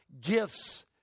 gifts